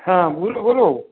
हाँ बोलो बोलो